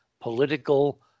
political